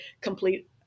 complete